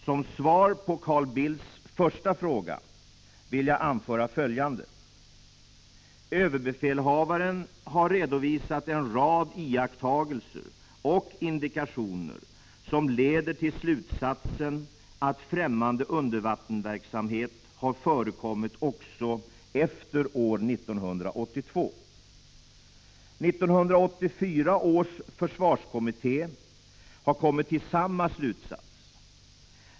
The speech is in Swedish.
Som svar på Carl Bildts första fråga vill jag anföra följande. Överbefälhavaren har redovisat en rad iakttagelser och indikationer som leder till slutsatsen att ffrämmande undervattensverksamhet har förekommit också efter år 1982. 1984 års försvarskommitté har kommit till samma slutsats.